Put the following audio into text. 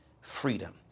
freedom